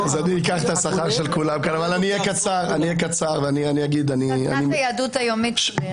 מותר לך לתת לי להיות המפטיר.